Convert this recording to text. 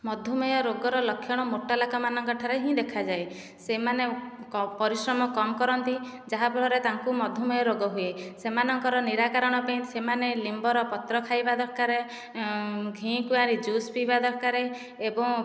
ମଧୁମେହ ରୋଗର ଲକ୍ଷଣ ମୋଟା ଲୋକମାନଙ୍କ ଠାରେ ହିଁ ଦେଖାଯାଏ ସେମାନେ ପରିଶ୍ରମ କମ୍ କରନ୍ତି ଯାହାଫଳରେ ତାଙ୍କୁ ମଧୁମେହ ରୋଗ ହୁଏ ସେମାନଙ୍କର ନିରାକରଣ ପାଇଁ ସେମାନେ ଲିମ୍ବର ପତ୍ର ଖାଇବା ଦରକାର ଘିକୁଆଁରୀ ଜୁସ୍ ପିଇବା ଦରକାର ଏବଂ